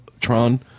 Tron